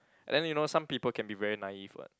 and then you know some people can be very naive [what]